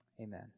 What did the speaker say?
Amen